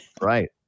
right